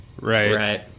Right